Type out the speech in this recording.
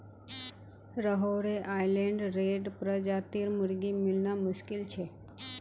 Rhode Island Red प्रजातिर मुर्गी मिलना मुश्किल छ